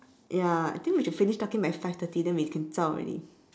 ya I think we should finish talking by five thirty then we can ciao already